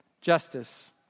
justice